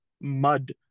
mud